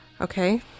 Okay